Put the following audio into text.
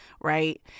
right